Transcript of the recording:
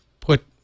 put